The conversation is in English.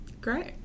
Great